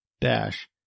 dash